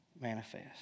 manifest